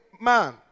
man